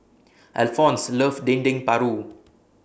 Alphonse loves Dendeng Paru